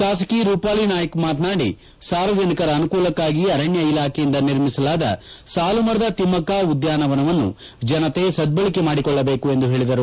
ಶಾಸಕಿ ರೂಪಾಲಿ ನಾಯ್ಕ ಮಾತನಾದಿ ಸಾರ್ವಜನಿಕರ ಅನುಕೂಲಕ್ಕಾಗಿ ಅರಣ್ಯ ಇಲಾಖೆಯಿಂದ ನಿರ್ಮಿಸಲಾದ ಸಾಲು ಮರದ ತಿಮ್ಮಕ್ಕ ಉದ್ಯಾನವನ್ನು ಜನತೆ ಸದ್ಬಳಕೆ ಮಾಡಿಕೊಳ್ಳಬೇಕು ಎಂದು ಹೇಳಿದರು